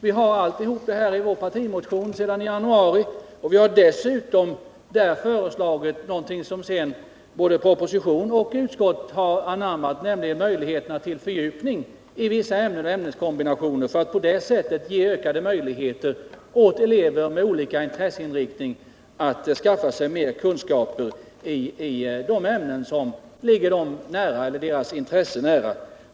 Vi har alltihop det här i vår partimotion. Där har vi dessutom föreslagit någonting som sedan anammats i både propositionen och utskottet, nämligen möjligheten till fördjupning i vissa ämnen och ämneskombinationer för att på det sättet ge ökade möjligheter åt elever med olika intresseinriktningar att skaffa sig mer kunskaper i de ämnen som ligger deras intressen nära.